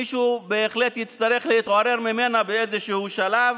מישהו בהחלט יצטרך להתעורר ממנה באיזשהו שלב,